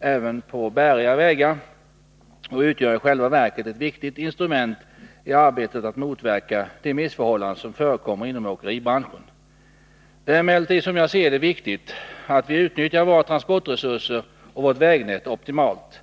även på bäriga vägar och utgör i själva verket ett viktigt instrument i arbetet att motverka de missförhållanden som förekommer inom åkeribranschen. Det är emellertid, som jag ser det, viktigt att vi utnyttjar våra transportresurser och vårt vägnät optimalt.